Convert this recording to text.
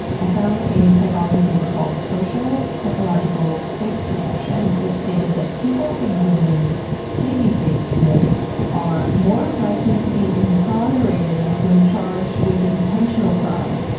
i found a psychology paper called, social psychological face perception, that stated people exhibiting babyfacedness are, more likely to be exonerated when charged with intentional crimes,